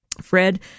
Fred